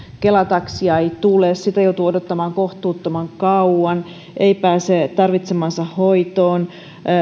kela taksia ei tule sitä joutuu odottamaan kohtuuttoman kauan ei pääse tarvitsemaansa hoitoon